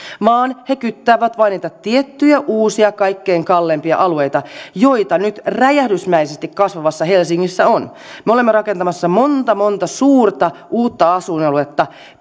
vaan he kyttäävät vain niitä tiettyjä uusia kaikkein kalleimpia alueita joita nyt räjähdysmäisesti kasvavassa helsingissä on me olemme rakentamassa monta monta suurta uutta asuinaluetta